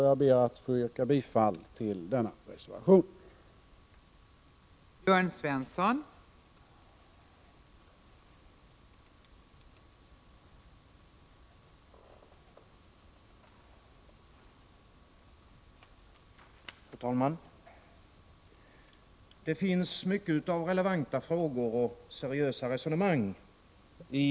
Jag ber att få yrka bifall till denna reservation.